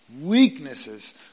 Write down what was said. weaknesses